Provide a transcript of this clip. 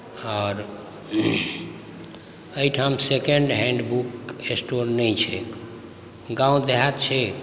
आओर एहिठाम से सेकेण्ड हैण्ड बुक स्टोर नहि छैक गाँव देहात छै